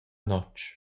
notg